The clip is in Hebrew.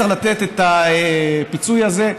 צריך לתת את הפיצוי הזה,